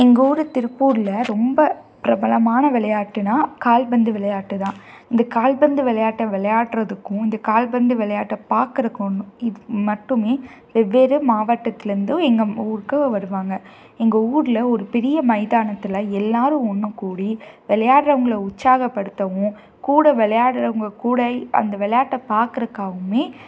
எங்கள் ஊர் திருப்பூரில் ரொம்ப பிரபலமான விளையாட்டுனா கால்பந்து விளையாட்டுதான் இந்த கால்பந்து விளையாட்டை விளையாடுறதுக்கும் இந்த கால்பந்து விளையாட்டை பாக்கிறதுக்கும் இதுக்கு மட்டும் வெவ்வேறு மாவட்டத்துலேந்தும் எங்கள் ஊருக்கு வருவாங்க எங்கள் ஊரில் ஒரு பெரிய மைதானத்தில் எல்லோரும் ஒன்று கூடி விளையாட்றவங்கள உற்சாகப்படுத்தவும் கூட விளையாட்றவங்க கூட அந்த விளையாட்டை பாக்குறதுக்காகவுமே